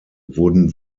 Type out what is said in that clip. wurden